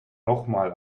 nochmal